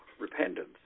Repentance